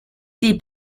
die